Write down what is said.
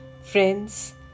Friends